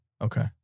Okay